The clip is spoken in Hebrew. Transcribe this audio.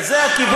אז זה הכיבוש?